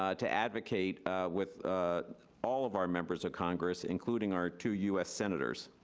ah to advocate with all of our members of congress, including our two u s. senators,